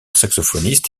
saxophoniste